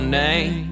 name